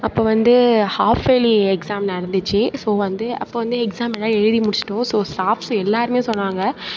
அப்போ வந்து half yearly exam நடந்துச்சு ஸோ வந்து அப்போ வந்து எக்ஸ்சாமெல்லாம் எழுதி முடிச்சுட்டோம் ஸோ ஸ்டாஃப்ஸ்சு எல்லாேருமே சொன்னாங்க